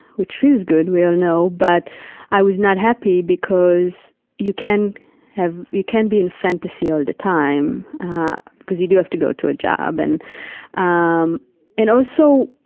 which feels good, we all know, but i was not happy because you can have, you can't be in fantasy all the time because you do have to go to a job. and um and also,